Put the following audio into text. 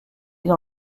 dans